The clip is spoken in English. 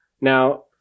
Now